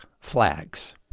flags